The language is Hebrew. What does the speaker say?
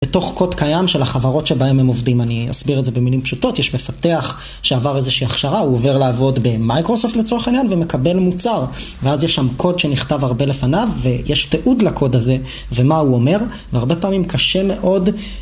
בתוך קוד קיים של החברות שבהם הם עובדים, אני אסביר את זה במילים פשוטות, יש מפתח שעבר איזושהי הכשרה, הוא עובר לעבוד במיקרוסופט לצורך העניין ומקבל מוצר, ואז יש שם קוד שנכתב הרבה לפניו ויש תיעוד לקוד הזה ומה הוא אומר, והרבה פעמים קשה מאוד.